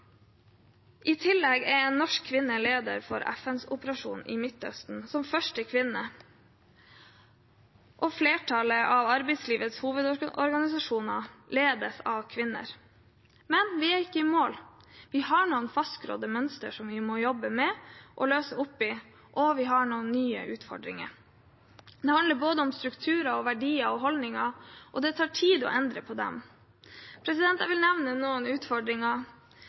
I tillegg er en norsk kvinne leder for FNs operasjon i Midtøsten, som første kvinne, og flertallet av arbeidslivets hovedorganisasjoner ledes av kvinner. Men vi er ikke i mål. Vi har noen fastgrodde mønster som vi må jobbe med å løse opp i, og vi har noen nye utfordringer. Det handler om både strukturer, verdier og holdninger, og det tar tid å endre på dem. Jeg vil nevne noen utfordringer.